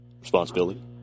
responsibility